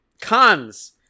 Cons